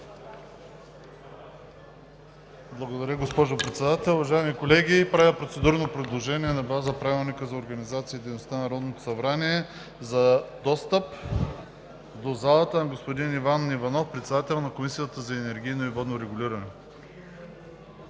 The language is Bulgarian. Благодаря, госпожо Председател. Уважаеми колеги, правя процедурно предложение на база Правилника за организацията и дейността на Народното събрание за достъп до залата на господин Иван Иванов – председател на Комисията за енергийно и водно регулиране.